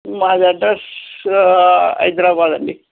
మాది అడ్రస్ హైదరాబాదండి